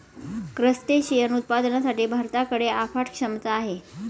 crustacean उत्पादनासाठी भारताकडे अफाट क्षमता आहे